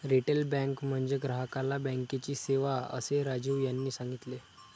retail bank म्हणजे ग्राहकाला बँकेची सेवा, असे राजीव यांनी सांगितले